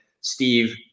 Steve